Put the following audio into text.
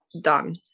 done